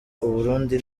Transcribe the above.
uburundi